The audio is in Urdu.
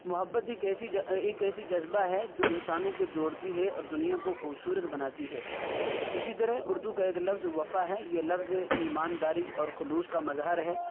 محبت ایک ایسی ایک ایسی جذبہ ہے جو انسانوں کو جوڑتی ہے اور دنیا کو خوبصورت بناتی ہے اسی طرح اردو کا ایک لفظ وفا ہے یہ لفظ ایمانداری اور خلوص کا مظہر ہے